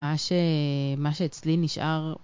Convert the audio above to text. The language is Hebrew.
מה ש... מה שאצלי נשאר